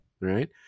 right